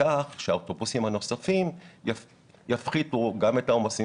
כך שהאוטובוסים הנוספים יפחיתו גם את העומסים